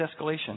escalation